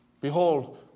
Behold